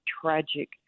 tragic